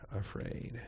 afraid